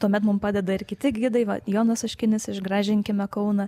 tuomet mum padeda ir kiti gidai va jonas oškinis iš gražinkime kauną